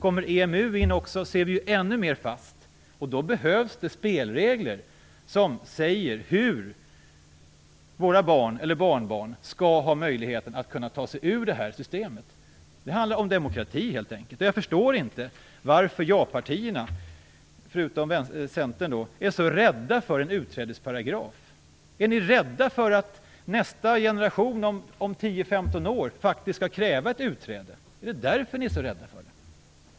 Kommer EMU nu in i bilden blir vi ännu mer fast. Då behövs det spelregler som säger hur våra barn eller barnbarn skall ha möjligheten att kunna ta sig ur detta system. Det handlar helt enkelt om demokrati. Jag förstår inte varför japartierna, förutom Centern, är så rädda för en utträdesparagraf. Är ni rädda för att nästa generation om tio, femton år skall kräva ett utträde? Är det därför ni är så rädda för det?